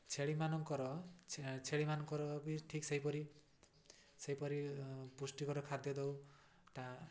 ଛେଳିମାନଙ୍କର ଛେଳିମାନଙ୍କର ବି ଠିକ୍ ସେହିପରି ସେହିପରି ପୁଷ୍ଟିକର ଖାଦ୍ୟ ଦେଉ ତା'